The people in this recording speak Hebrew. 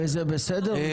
וזה בסדר משפטית?